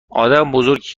آدمبزرگی